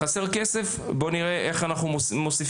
אם חסר כסף בואו נראה איך אנחנו מוסיפים.